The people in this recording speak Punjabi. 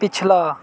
ਪਿਛਲਾ